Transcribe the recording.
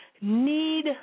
Need